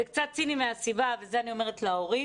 זה קצת ציני מהסיבה ואת זה אני אומרת להורים